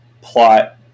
Plot